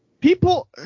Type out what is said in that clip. People